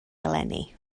eleni